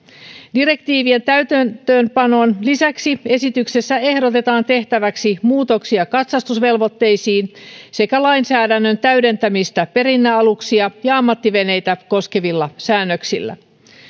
direktiivien täytäntöönpanon lisäksi esityksessä ehdotetaan tehtäväksi muutoksia katsastusvelvoitteisiin sekä lainsäädännön täydentä mistä perinnealuksia ja ammattiveneitä koskevilla säännöksillä